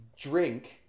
drink